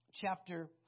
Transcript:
Chapter